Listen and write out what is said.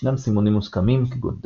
ישנם סימונים מוסכמים כגון דלת,